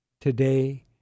today